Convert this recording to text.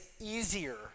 easier